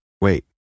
wait